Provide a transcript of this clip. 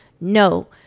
no